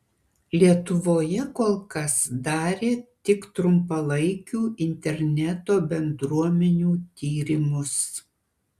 lietuvoje kol kas darė tik trumpalaikių interneto bendruomenių tyrimus